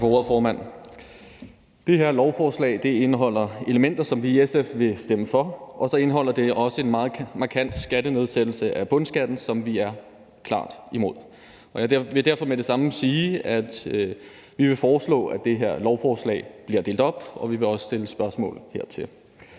Det her lovforslag indeholder elementer, som vi i SF vil stemme for, og så indeholder det også en meget markant nedsættelse af bundskatten, som vi er klart imod. Jeg vil derfor med det samme sige, at vi vil foreslå, at det her lovforslag bliver delt op, og vi vil også stille spørgsmål herom.